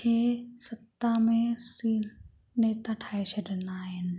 खे सत्ता में सी नेता ठाहे छॾंदा आहिनि